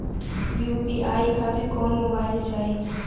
UPI खातिर कौन mobile चाहीं?